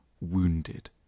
wounded